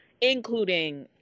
including